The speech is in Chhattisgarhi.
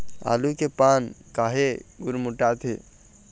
आलू के पान काहे गुरमुटाथे?